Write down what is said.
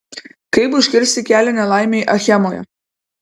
kaip užkirsti kelią nelaimei achemoje